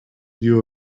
view